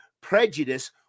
prejudice